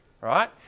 right